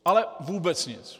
Ale vůbec nic!